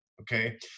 Okay